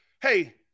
hey